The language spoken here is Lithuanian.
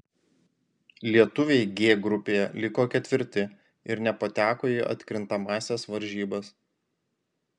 lietuviai g grupėje liko ketvirti ir nepateko į atkrintamąsias varžybas